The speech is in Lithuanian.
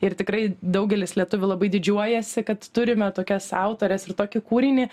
ir tikrai daugelis lietuvių labai didžiuojasi kad turime tokias autores ir tokį kūrinį